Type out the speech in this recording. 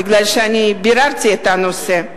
כי ביררתי את הנושא.